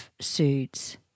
Suits